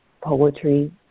poetry